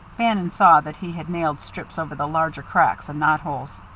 bannon saw that he had nailed strips over the larger cracks and knot holes.